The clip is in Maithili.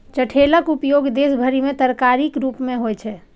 चठैलक उपयोग देश भरि मे तरकारीक रूप मे होइ छै